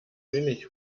wenig